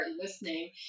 listening